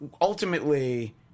ultimately